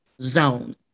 zone